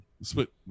split